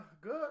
good